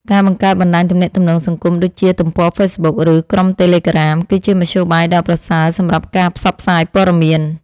ការបង្កើតបណ្តាញទំនាក់ទំនងសង្គម ដូចជា ទំព័រហ្វេសប៊ុក ឬ ក្រុមតេលេក្រាម គឺជាមធ្យោបាយដ៏ប្រសើរសម្រាប់ការផ្សព្វផ្សាយព័ត៌មាន។